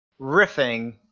riffing